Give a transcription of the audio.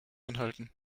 anhalten